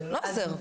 לא עוזר.